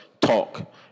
talk